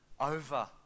over